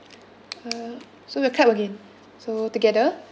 uh so we'll clap again so together